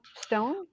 stone